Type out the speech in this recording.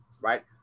right